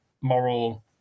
moral